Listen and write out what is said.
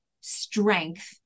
strength